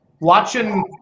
watching